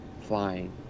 Flying